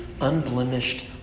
unblemished